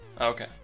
Okay